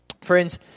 Friends